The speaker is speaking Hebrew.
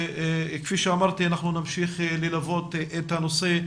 כפי שאמרתי, אנחנו נמשיך ללוות את הנושא.